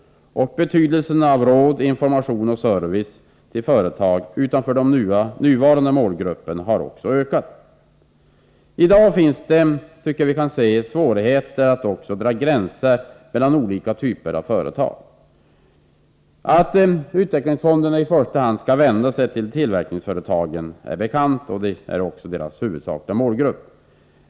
Betydelsen av råd, information och service till företag utanför nuvarande målgrupper har också ökat. I dag föreligger svårigheter att dra gränser mellan olika typer av företag. Att utvecklingsfonderna i första hand skall vända sig till tillverkningsföretagen är bekant, och dessa är också deras huvudsakliga målgrupp.